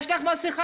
יש לך מסכה?